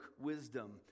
wisdom